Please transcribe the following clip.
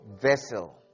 vessel